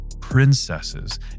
princesses